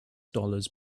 dollars